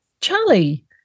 Charlie